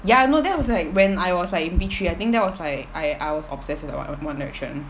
ya no that was like when I was like in p three I think that was like I I was obsessed with like on~ one direction